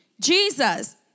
Jesus